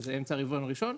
שזה אמצע של הרבעון הראשון,